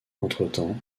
entretemps